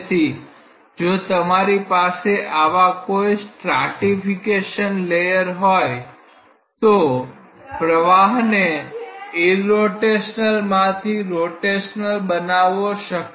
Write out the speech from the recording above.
તેથી જો તમારી પાસે આવા કોઈ સ્ટ્રાટિફિકેશન લેયર હોય તો પ્રવાહને ઈરરોટેશનલ માંથી રોટેશનલ બનાવવો શક્ય છે